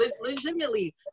legitimately